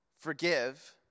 forgive